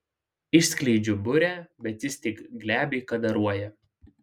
išskleidžiu burę bet ji tik glebiai kadaruoja